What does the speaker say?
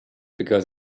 because